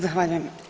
Zahvaljujem.